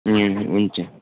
हुन्छ